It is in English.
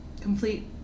complete